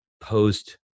post